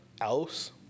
else